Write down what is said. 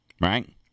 right